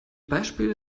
beispiele